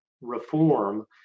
reform